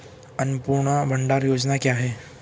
अन्नपूर्णा भंडार योजना क्या है?